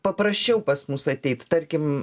paprasčiau pas mus ateit tarkim